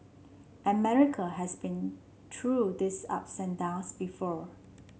America has been through these ups and downs before